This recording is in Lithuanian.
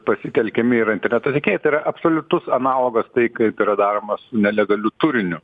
pasitelkiami yra interneto tiekėjai tai yra absoliutus analogas tai kaip yra daroma su nelegaliu turiniu